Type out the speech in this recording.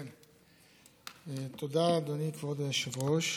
תודה, אדוני כבוד היושב-ראש.